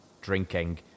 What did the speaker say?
drinking